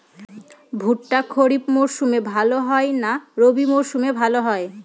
ভুট্টা খরিফ মৌসুমে ভাল হয় না রবি মৌসুমে ভাল হয়?